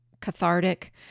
cathartic